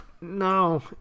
No